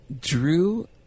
Drew